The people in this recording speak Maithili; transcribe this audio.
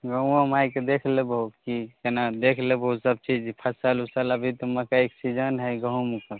गाँवोमे आबिके देख लेबो कि केना देख लेबो सब चीज फसल उसल अभी तऽ मकइके सीजन हइ गहूँमके